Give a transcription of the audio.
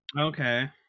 okay